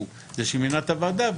שהוא זה שמינה את הוועדה,